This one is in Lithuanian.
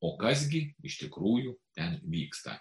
o kas gi iš tikrųjų ten vyksta